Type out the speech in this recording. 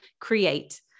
create